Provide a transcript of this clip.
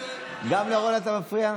גם לרון אתה מפריע?